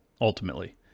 ultimately